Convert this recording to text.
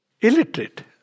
illiterate